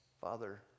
Father